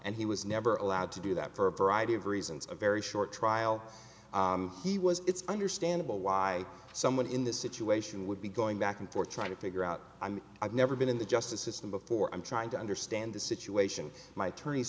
and he was never allowed to do that for a variety of reasons a very short trial he was it's understandable why someone in this situation would be going back and forth trying to figure out i mean i've never been in the justice system before i'm trying to understand the situation